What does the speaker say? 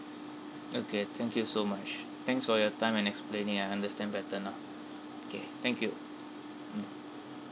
okay thank you so much thanks for your time and explaining I understand better now okay thank you mm